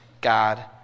God